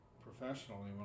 professionally